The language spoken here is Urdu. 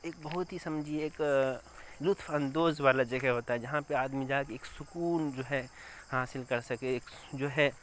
ایک بہت ہی سمجھیے ایک لطف اندوز والا جگہ ہوتا ہے جہاں پہ آدمی جا کے ایک سکون جو ہے حاصل کر سکے ایک جو ہے